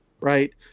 right